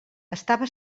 estava